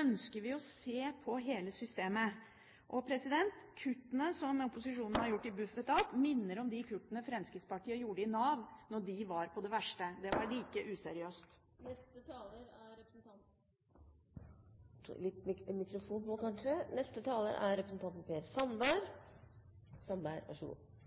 ønsker vi å se på hele systemet. Kuttene som opposisjonen har gjort i Bufetat, minner om de kuttene Fremskrittspartiet gjorde i Nav da de var på sitt verste – det var like useriøst. Først: Jeg blir ikke med til Åfjord. Så er det avklart. Hvis det går an å be representantene om å tenke over hvordan man prater – også representanten